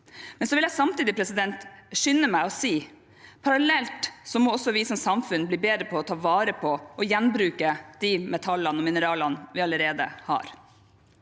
Jeg vil samtidig skynde meg å si at parallelt må også vi som samfunn bli bedre på å ta vare på og gjenbruke de metallene og mineralene vi allerede har.